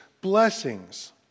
blessings